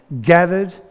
gathered